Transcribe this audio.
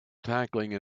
tackling